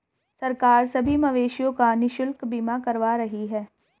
सरकार सभी मवेशियों का निशुल्क बीमा करवा रही है